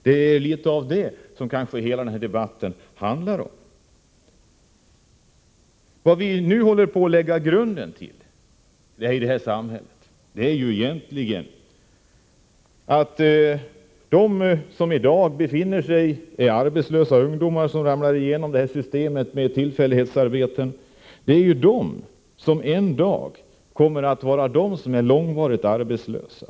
Det är litet av det som hela den här debatten handlar om. Vad vi håller på att lägga grunden till i samhället är egentligen stora sociala problem. De som i dag är arbetslösa ungdomar som ramlar igenom systemet med tillfällighetsarbeten kommer en dag att vara långvarigt arbetslösa.